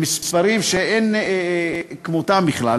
ואלה מספרים שאין כמותם בכלל,